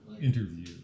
interview